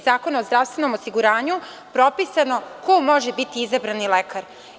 Zakona o zdravstveno osiguranju propisano ko može biti izabrani lekar.